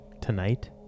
tonight